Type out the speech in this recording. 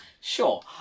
Sure